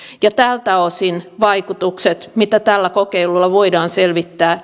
ja tältäkin osin vaikutukset mitä tällä kokeilulla voidaan selvittää